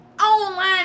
Online